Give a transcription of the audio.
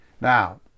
Now